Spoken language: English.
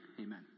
Amen